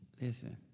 Listen